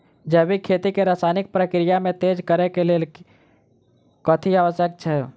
जैविक खेती मे रासायनिक प्रक्रिया केँ तेज करै केँ कऽ लेल कथी आवश्यक छै?